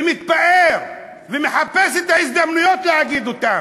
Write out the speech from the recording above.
ומתפאר, ומחפש את ההזדמנויות להגיד את זה: